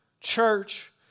church